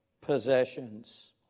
possessions